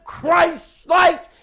Christ-like